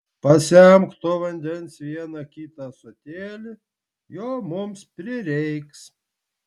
pasemk to vandens vieną kitą ąsotėlį jo mums prireiks